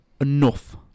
enough